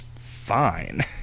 fine